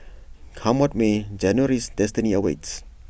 come what may January's destiny awaits